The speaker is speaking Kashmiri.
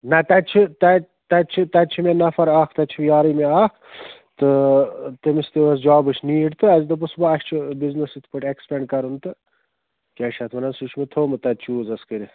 نہ تَتہِ چھِ تَتہِ تَتہِ چھِ تَتہِ چھِ مےٚ نَفر اَکھ تَتہِ چھُ یارٕے مےٚ اَکھ تہٕ تٔمِس تہِ ٲسۍ جابٕچ نیٖڈ تہٕ اَسہِ دوٚپُس وۄنۍ اَسہِ چھُ بِزنِس یِتھ پٲٹھۍ ایکسپٮ۪نٛڈ کَرُن تہٕ کیٛاہ چھِ اَتھ وَنان سُہ چھُ مےٚ تھومُت تَتہِ چوٗز حَظ کٔرِتھ